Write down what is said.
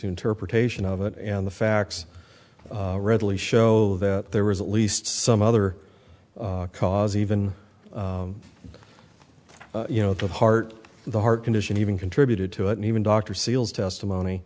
interpretation of it and the facts readily show that there was at least some other cause even you know the heart the heart condition even contributed to it and even dr seals testimony